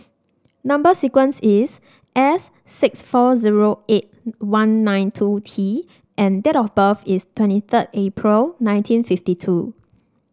number sequence is S six four zero eight one nine two T and date of birth is twenty third April nineteen fifty two